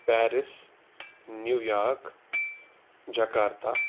Paris New York Jakarta